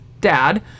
dad